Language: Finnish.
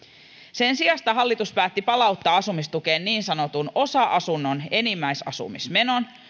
sen sijasta hallitus päätti palauttaa asumistukeen niin sanotun osa asunnon enimmäisasumismenon